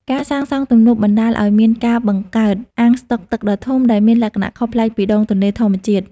ការសាងសង់ទំនប់បណ្តាលឱ្យមានការបង្កើត អាងស្តុកទឹកដ៏ធំ ដែលមានលក្ខណៈខុសប្លែកពីដងទន្លេធម្មជាតិ។